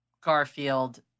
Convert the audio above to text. Garfield